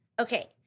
Okay